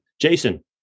Jason